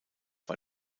war